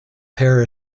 pair